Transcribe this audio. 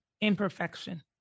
imperfection